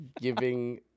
giving